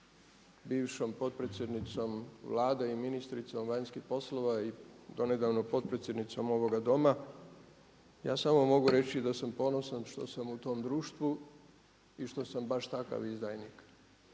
bivšom potpredsjednicom Vlade i ministricom vanjskih poslova i donedavno potpredsjednicom ovoga doma. Ja samo mogu reći da sam ponosan što sam u tom društvu i što sam baš takav izdajnik.